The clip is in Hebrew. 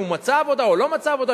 אם הוא מצא עובדה או לא מצא עבודה?